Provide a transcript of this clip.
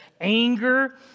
anger